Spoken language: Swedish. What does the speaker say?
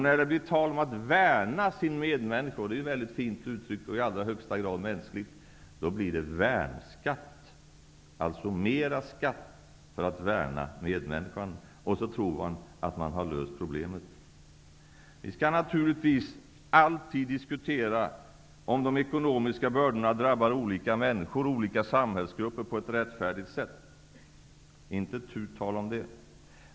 När det blir tal om att värna sin medmänniska -- det är ett mycket fint uttryck och i allra högsta grad mänskligt -- då blir det fråga om värnskatt, alltså mer skatt för att värna medmänniskan. Sedan tror man att man har löst problemet. Vi skall naturligtvis alltid diskutera om de ekonomiska bördorna drabbar olika människor och olika samhällsgrupper på ett rättfärdigt sätt. Det är inte tu tal om det.